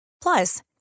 Plus